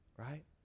right